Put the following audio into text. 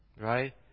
right